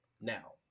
Now